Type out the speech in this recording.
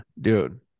dude